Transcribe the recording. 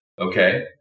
Okay